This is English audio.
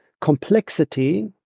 complexity